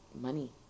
money